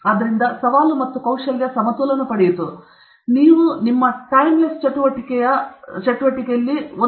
ಆದ್ದರಿಂದ ಸವಾಲು ಸವಾಲು ಮತ್ತು ಕೌಶಲ್ಯ ಸಮತೋಲನ ಪಡೆಯಿತು ಮತ್ತು ನಿಮ್ಮ ಚಟುವಟಿಕೆಯಲ್ಲಿ ಟೈಮ್ಲೆಸ್ ಒಂದು ಅರ್ಥದಲ್ಲಿ ಸೆಟ್ ನೀವು ನಿಜವಾಗಿ ಮಾಡಬಾರದು